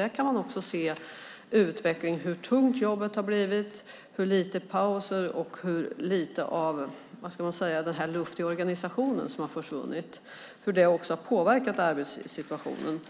Där kan man också se utvecklingen när det gäller hur tungt jobbet har blivit, hur få pauser man har och hur luft i organisationen har försvunnit. Det har också påverkat arbetssituationen.